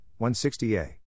160a